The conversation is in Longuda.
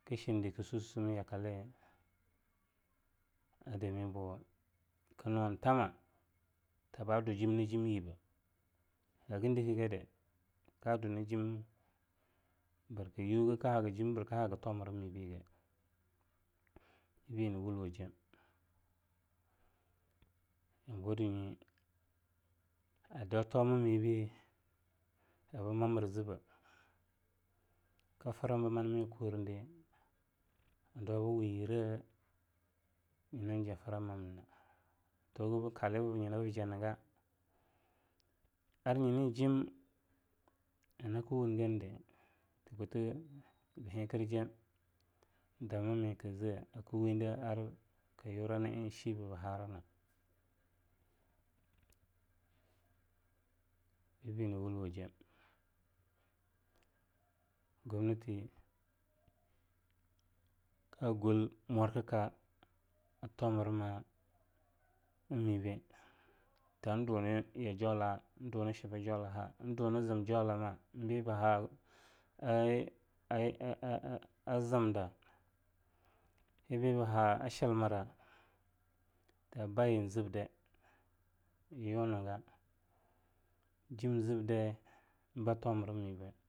Kshinde ksussummwh a yakale adame abou knuntama tabadujim najim yibeah hagan dikgede kadunajem brka yugejim brikahaga tomramibige wibe nyina wlwejem yambauwadunyi a dau tomamibe bwamira zibe kaframbamanemi a kuwede adau bweyireh nyinan jaframamnina atubgkaliba nyinabjaniga ar nyinan jim nyinya kwungenide kuten ehekerjem dama mekze kwinde arkyura na enshibe baharna wiba nuyinna wulwejem, Gomnati kagol mwarkka a tomrama nmmbe tandunya jaula'a endunshiba jau laha endunzim jaulima enbeba har i eee a zimda beba ha a chilmra tanbayin zibdai enyuniga jimzibdai ba tomra mibe.